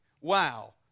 wow